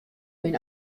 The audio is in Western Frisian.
myn